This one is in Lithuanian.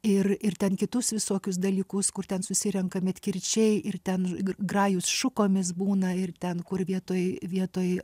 ir ir ten kitus visokius dalykus kur ten susirenka medkirčiai ir ten grajus šukomis būna ir ten kur vietoj vietoj